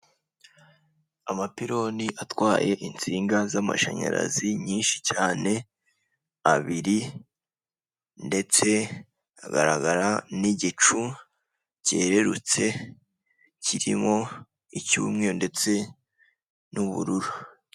Amapironi atwaye insinga z'amashanyarazi nyinshi cyane, abiri ndetse hagaragara n'igicu cyererutse kirimo icy'umweru ndetse n'ubururu.